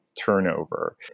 turnover